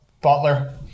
Butler